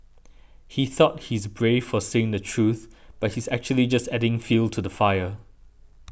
he thought he's brave for saying the truth but he's actually just adding fuel to the fire